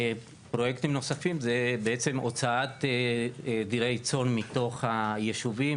פרויקטים נוספים הם בעצם הוצאת עדרי צאן מתוך היישובים.